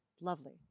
lovely